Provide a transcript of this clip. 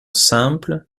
simple